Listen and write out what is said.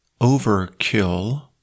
Overkill